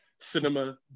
cinema